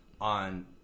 on